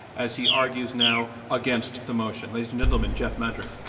as he argues now against the motion, ladies and gentlemen, jeff madrick.